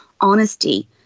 Honesty